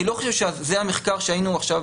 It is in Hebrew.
אני לא חושב שזה המחקר שהיינו עכשיו